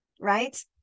right